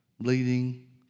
bleeding